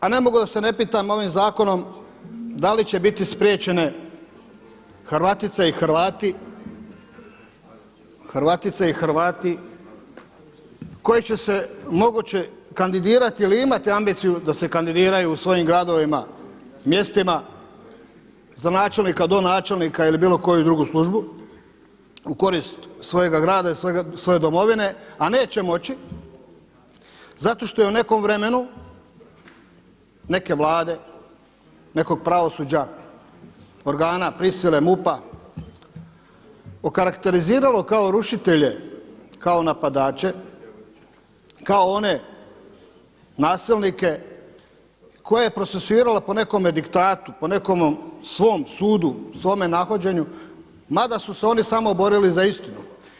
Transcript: A ne mogu da se ne pitam ovim zakonom da li će biti spriječene Hrvatice i Hrvati koji će se moguće kandidirati ili imati ambiciju da se kandidiraju u svojim gradovima, mjestima za načelnika, donačelnika ili bilo koju drugu službu u korist svojega grada ili svoje domovine a neće moći zato što je u nekom vremenu, neke vlade, nekog pravosuđa, organa prisile MUP-a okarakteriziralo kao rušitelje, kao napadače, kao one nasilnike koje je procesuirala po nekome diktatu, po nekome svom sudu, svome nahođenju mada su se oni samo borili za istinu.